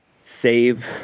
save